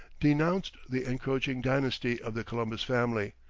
denounced the encroaching dynasty of the columbus family,